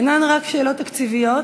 אינן רק שאלות תקציביות,